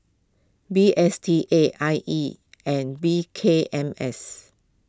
D S T A I E and P K M S